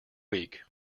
week